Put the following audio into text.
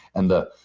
and the